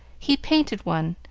he painted one,